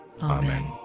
Amen